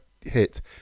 hit